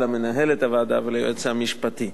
למנהלת הוועדה וליועץ המשפטי.